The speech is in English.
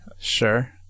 Sure